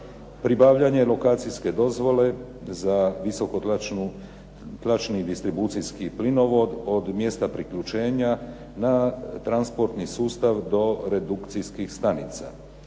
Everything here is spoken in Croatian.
Pribavljanje lokacijske dozvole za visokotlačni distribucijski plinovod od mjesta priključenja na transportni sustav do redukcijskih stanica.